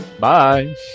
Bye